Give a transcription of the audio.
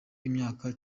imyaka